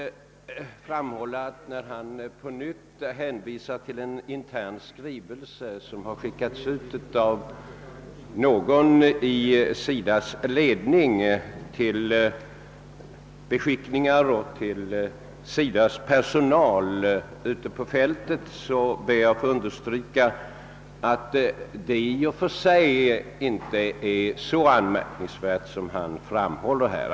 Herr Ullsten hänvisar på nytt till en intern skrivelse som har skickats ut av någon i SIDA:s ledning till beskickningar och till SIDA:s personal ute på fältet. Jag ber att få understryka att detta i och för sig inte är så anmärkningsvärt som han framhåller.